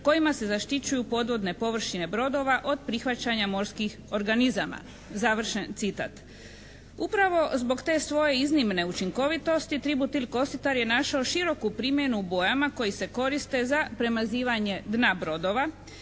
kojima se zaštićuju podvodne površine brodova od prihvaćanja morskih organizama." Završen citat. Upravo zbog te svoje iznimne učinkovitosti tributil kositar je našao široku primjenu u bojama koje se koriste za premazivanje dna brodova,